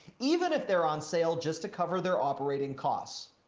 even if they're on sale just to cover their operating costs.